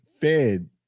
fed